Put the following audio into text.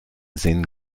sinn